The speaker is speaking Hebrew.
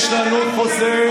יש לנו חוזה,